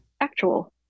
actual